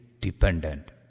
dependent